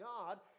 God